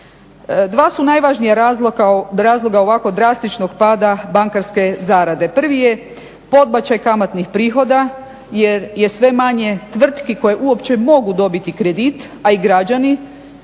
Dva su najvažnija razloga ovako drastičnog pada bankarske zarade. Prvi je podbačaj kamatnih prihoda jer je sve manje tvrtki koje uopće mogu dobiti kredit a i građani